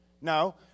No